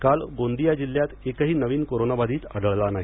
काल गोंदिया जिल्ह्यात एकही नवीन कोरोनाबाधित आढळला नाही